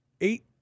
eight